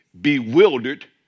bewildered